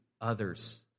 others